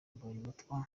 mbonyumutwa